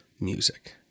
Music